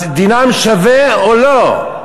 אז דינם שווה או לא?